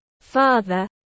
Father